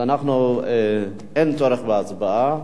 אז אין צורך בהצבעה.